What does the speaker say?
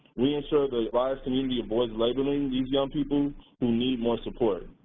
we ensure the ryse community avoids labeling these young people who need more support.